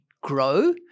grow